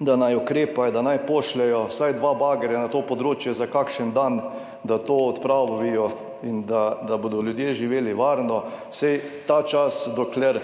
da naj ukrepajo, da naj pošljejo vsaj 2 bagerja na to področje za kakšen dan, da to odpravijo in da bodo ljudje živeli varno, vsaj ta čas, dokler